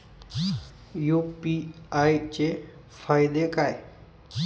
UPI चे फायदे काय?